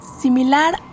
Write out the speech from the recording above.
similar